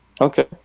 Okay